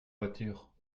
voiture